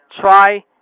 Try